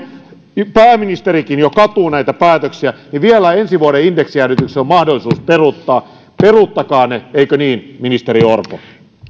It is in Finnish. pääministerikin jo katuu näitä päätöksiä niin vielä ensi vuoden indeksijäädytykset on mahdollista peruuttaa peruuttakaa ne eikö niin ministeri orpo